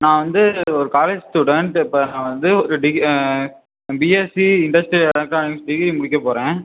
நான் வந்து ஒரு காலேஜ் ஸ்டூடெண்ட் இப்போ நான் ஒரு degree BSc industrial electronics degree முடிக்க போகிறேன்